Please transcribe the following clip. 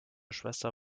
schwester